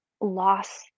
loss